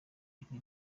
ijwi